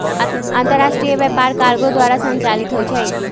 अंतरराष्ट्रीय व्यापार कार्गो द्वारा संचालित होइ छइ